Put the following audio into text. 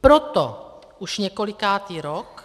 Proto už několikátý rok